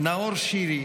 נאור שירי,